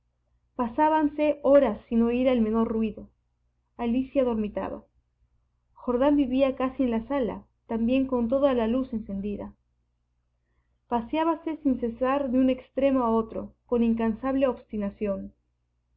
silencio pasábanse horas sin oir el menor ruido alicia dormitaba jordán vivía casi en la sala también con toda la luz encendida paseábase sin cesar de un extremo a otro con incansable obstinación